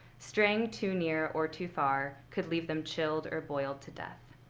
straying too near or too far could leave them chilled or boiled to death.